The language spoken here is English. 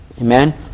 Amen